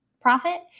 profit